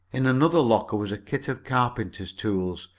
in another locker was a kit of carpenter's tools,